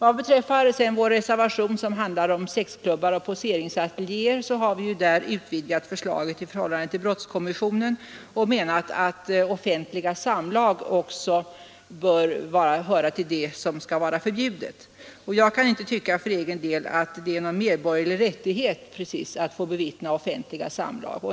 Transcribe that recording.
I vår reservation om sexklubbar och poseringsateljéer har vi utvidgat brottskommissionens förslag; vi menar att offentliga samlag också bör vara förbjudna. Jag tycker inte för egen del att det är någon medborgerlig rättighet precis att få bevittna offentliga samlag.